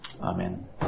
Amen